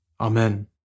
Amen